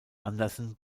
andersen